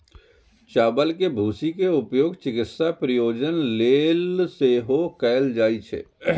चावल के भूसी के उपयोग चिकित्सा प्रयोजन लेल सेहो कैल जाइ छै